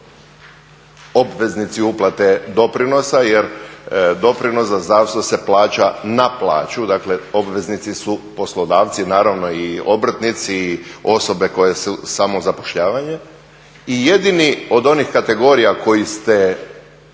obveznici uplate doprinosa, jer doprinos za zdravstvo se plaća na plaću, dakle obveznici su poslodavci, naravno i obrtnici, i osobe koje su u samozapošljavanju i jedini od onih kategorija koje ste